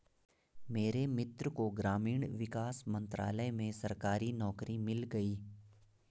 मेरे मित्र को ग्रामीण विकास मंत्रालय में सरकारी नौकरी मिल गई